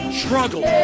struggle